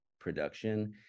production